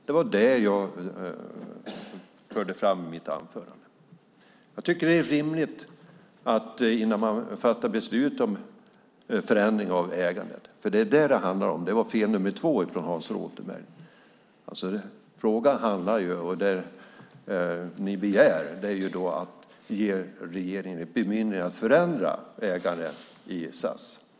Det var det jag förde fram i mitt anförande. Frågan handlar om förändring av ägandet. Det var fel nr 2 av Hans Rothenberg. Det ni begär är att vi ger regeringen ett bemyndigande att förändra ägandet i SAS.